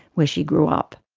where she grew up.